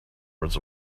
words